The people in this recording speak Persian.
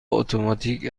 اتوماتیک